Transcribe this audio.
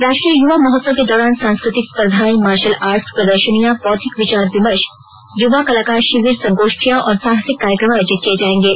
राष्ट्रीय युवा महोत्सव के दौरान सांस्कृतिक स्पर्द्वाएं मार्शल आर्ट्स प्रदर्शनियां बौद्विक विचार विमर्श युवा कलाकार शिविर संगोष्ठियां और साहसिक कार्यक्रम आयोजित किये जाएंगे